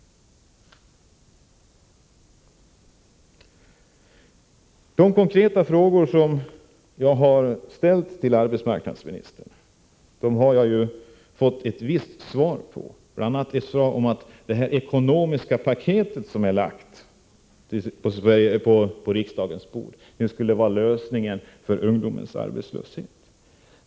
De konkreta frågor som jag har ställt till arbetsmarknadsministern har jag delvis fått svar på. Bl. a. har jag fått veta att det ekonomiska paketet som har lagts på riksdagens bord skulle vara lösningen av ungdomens arbetslöshet.